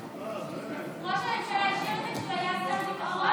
הסימנים: ראש הממשלה אישר לו כשהיה שר הביטחון,